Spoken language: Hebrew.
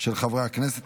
של חברי הכנסת.